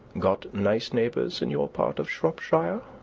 got nice neighbours in your part of shropshire?